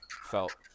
felt